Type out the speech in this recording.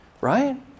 right